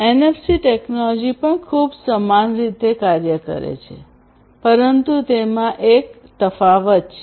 એનએફસીએ technology પણ ખૂબ સમાન રીતે કાર્ય કરે છે પરંતુ તેમાં એક તફાવત છે